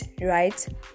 Right